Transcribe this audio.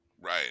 right